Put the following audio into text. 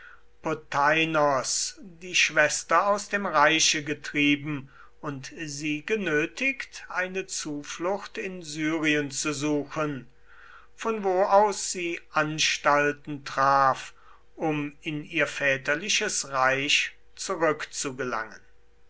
potheinos die schwester aus dem reiche getrieben und sie genötigt eine zuflucht in syrien zu suchen von wo aus sie anstalten traf um in ihr väterliches reich